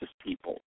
people